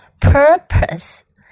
purpose